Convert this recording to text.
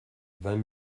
vingt